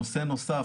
נושא נוסף,